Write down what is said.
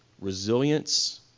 resilience